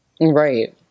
Right